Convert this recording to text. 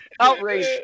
Outrage